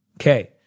Okay